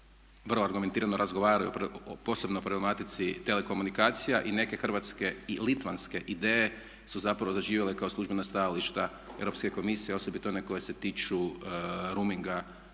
vrlo argumentirano razgovaraju posebno prema matici telekomunikacija i neke hrvatske i litvanske ideje su zapravo zaživjele kao službena stajališta Europske komisije osobito one koje se tiču roaminga